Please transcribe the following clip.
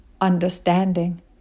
understanding